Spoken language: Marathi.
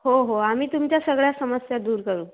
हो हो आम्ही तुमच्या सगळ्या समस्या दूर करू